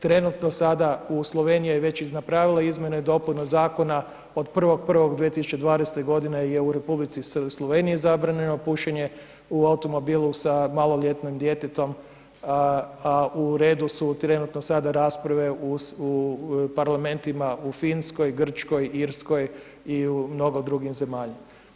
Trenutno sada u Slovenija je već i napravila izmjene i dopune zakona od 1.1.2020. godine je u Republici Sloveniji zabranjeno pušenje u automobilu sa maloljetnim djetetom, a u redu su trenutno sada rasprave u parlamentima u Finskoj, Grčkoj, Irskoj i u mnogo drugih zemalja.